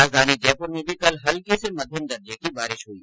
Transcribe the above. राजधानी जयपुर में भी कल हल्की से मध्यम दर्जे की बारिश हुई